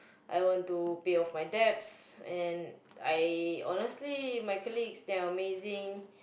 I want to pay off my debts and I honestly my colleagues they are amazing